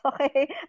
okay